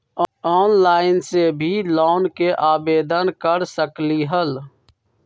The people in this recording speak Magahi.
ऑनलाइन से भी लोन के आवेदन कर सकलीहल?